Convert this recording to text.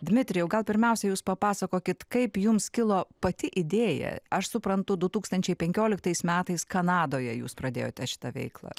dmitrijau gal pirmiausia jūs papasakokit kaip jums kilo pati idėja aš suprantu du tūkstančiai penkioliktais metais kanadoje jūs pradėjote šitą veiklą